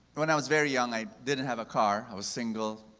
when i was very young, i didn't have a car. i was single.